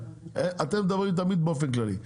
אתם מדברים תמיד באופן כללי.